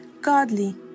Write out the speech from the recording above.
godly